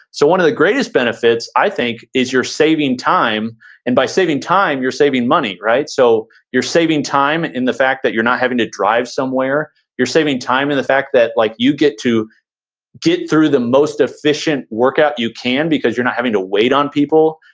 so one of the greatest benefits, i think, is you're saving time and by saving time, you're saving money, right? so you're saving time in the fact that you're not having to drive somewhere you're saving time in the fact that like you get to get through the most efficient workout you can because you're not having to wait on people.